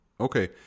Okay